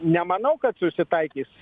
nemanau kad susitaikys